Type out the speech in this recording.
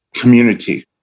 community